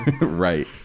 right